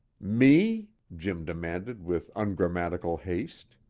me? jim demanded with ungrammatical haste.